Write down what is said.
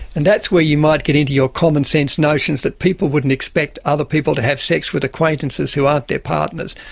and that's where you might get into your commonsense notions that people wouldn't expect other people to have sex with acquaintances who aren't their partners,